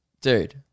Dude